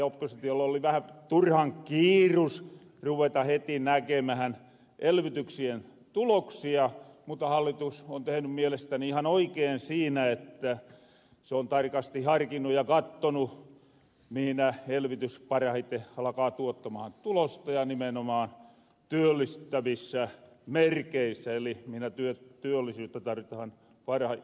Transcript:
oppositiolla oli vähän turhan kiirus ruveta heti näkemähän elvytyksien tuloksia mutta hallitus on tehny mielestäni ihan oikeen siinä että se on tarkasti harkinnu ja kattonu mihin elvytys parahite alkaa tuottamahan tulosta ja nimenomaan työllistävissä merkeissä eli mihnä työllisyyttä tarvitahan parhaiten